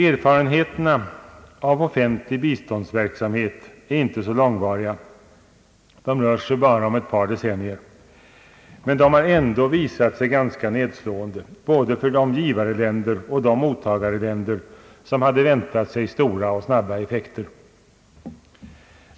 Erfarenheterna av offentlig biståndsverksamhet är inte så långvariga — det rör sig bara om ett par decennier — men de har ändå visat sig ganska nedslående, för både de givarländer och de mottagarländer som hade väntat sig stora och snabba effekter.